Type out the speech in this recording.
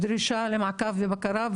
דרישה לבקרה,